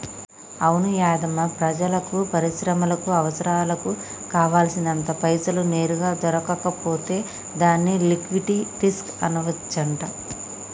అవును యాధమ్మా ప్రజలకు పరిశ్రమలకు అవసరాలకు కావాల్సినంత పైసలు నేరుగా దొరకకపోతే దాన్ని లిక్విటీ రిస్క్ అనవచ్చంట